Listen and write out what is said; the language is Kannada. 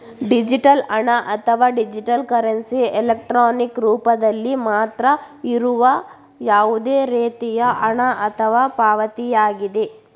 ಡಿಜಿಟಲ್ ಹಣ, ಅಥವಾ ಡಿಜಿಟಲ್ ಕರೆನ್ಸಿ, ಎಲೆಕ್ಟ್ರಾನಿಕ್ ರೂಪದಲ್ಲಿ ಮಾತ್ರ ಇರುವ ಯಾವುದೇ ರೇತಿಯ ಹಣ ಅಥವಾ ಪಾವತಿಯಾಗಿದೆ